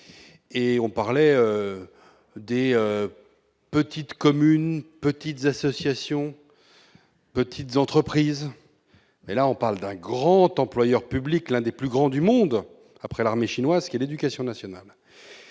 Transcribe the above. On a parlé des petites communes, des petites associations, des petites entreprises, mais, là, on parle d'un grand employeur public, l'un des plus grands du monde après l'armée chinoise : l'éducation nationale.